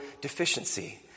deficiency